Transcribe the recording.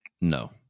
no